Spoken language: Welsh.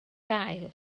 gael